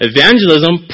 Evangelism